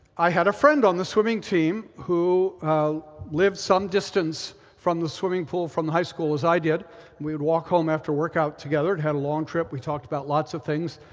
i had a friend on the swimming team who lived some distance from the swimming pool from the high school as i did, and we would walk home after workout together and had long trip. we talked about lots of things.